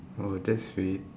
oh that's sweet